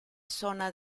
zona